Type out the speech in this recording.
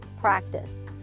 practice